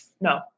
No